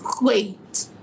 Wait